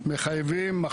אמר שמגיעים,